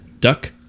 Duck